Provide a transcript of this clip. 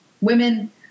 women